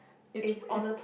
it's when